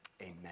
amen